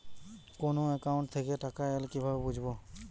কোন একাউন্ট থেকে টাকা এল কিভাবে বুঝব?